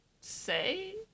say